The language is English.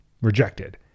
rejected